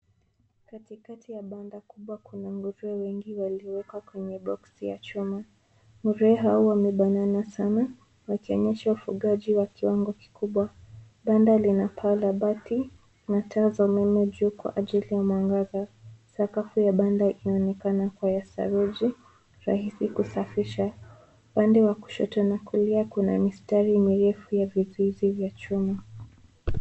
Katikati ya banda kubwa kuna nguruwe wengi waliowekwa kwenye boksi ya chuma. Nguruwe hao wamebanana sana wakionyesha ufugaji wa kiwango kikubwa. Banda linapaa la bati na taa za umeme juu kwa ajili ya mwangaza. Sakafu ya banda inaonekana kuwa ya saruji, rahisi kusafisha. Upande wa kushoto na kulia kuna mistari mirefu ya vizuizi vya chuma.